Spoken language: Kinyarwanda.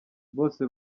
bose